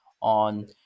on